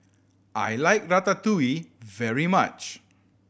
I like Ratatouille very much